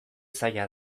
zaila